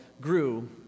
grew